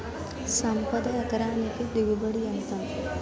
సంపద ఎకరానికి దిగుబడి ఎంత?